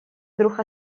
вдруг